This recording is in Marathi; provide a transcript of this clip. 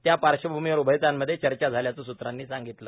त्या पार्श्वभूमीवर उभयतांमधे चर्चा झाल्याचं सूत्रांनी सांगितलं